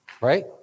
right